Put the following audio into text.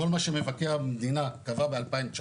כל מה שמבקר המדינה קבע ב-2019,